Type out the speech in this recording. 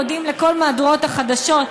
מודיעים לכל מהדורות החדשות.